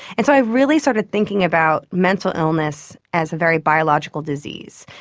and so i really started thinking about mental illness as a very biological disease.